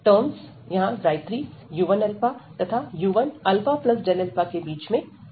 terms यहां 3 u1α तथा u1α के बीच में आता है